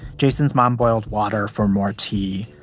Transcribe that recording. jason's mom boiled water for more tea,